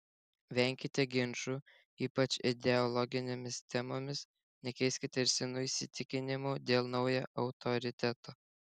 venkite ginčų ypač ideologinėmis temomis nekeiskite ir senų įsitikinimų dėl naujo autoriteto